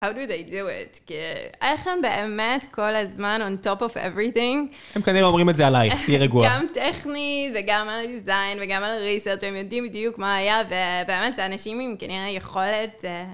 how do they do it. איך הם באמת כל הזמן on top of everything? -הם כנראה אומרים את זה עלייך, תהיה רגועה. -גם טכני וגם על דיזיין וגם על ריסט, הם יודעים בדיוק מה היה, ובאמת זה אנשים עם כנראה יכולת...